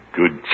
good